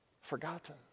Forgotten